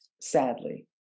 sadly